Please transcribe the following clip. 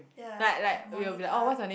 ya like Monica